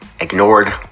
ignored